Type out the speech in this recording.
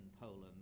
Poland